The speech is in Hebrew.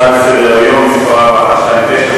הצעה לסדר-היום שמספרה 4129,